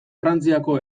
frantziako